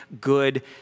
good